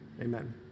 amen